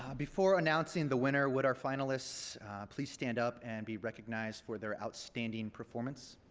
before announcing the winner would our finalists please stand up and be recognized for their outstanding performance.